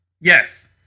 Yes